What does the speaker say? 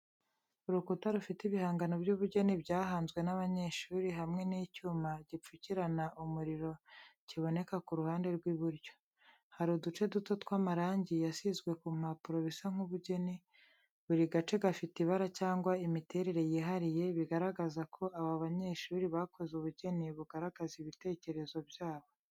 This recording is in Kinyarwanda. Urukuta rufite ibihangano by’ubugeni byahanzwe n’abanyeshuri, hamwe n’icyuma gipfukirana umuriro kiboneka ku ruhande rw’iburyo. Hari uduce duto tw’amarangi yasizwe ku mpapuro bisa nk’ubugeni, buri gace gafite ibara cyangwa imiterere yihariye, bigaragaza ko aba banyeshuri bakoze ubugeni bugaragaza ibitekerezo byabo.